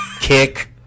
kick